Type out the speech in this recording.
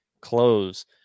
clothes